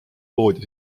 poodi